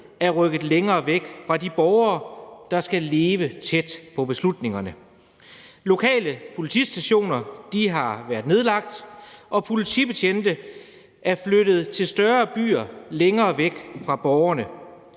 er rykket længere væk fra de borgere, der skal leve med beslutningerne. Lokale politistationer er blevet nedlagt, og politibetjente er flyttet til større byer længere væk fra borgerne;